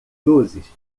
luzes